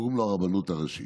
קוראים לו הרבנות הראשית.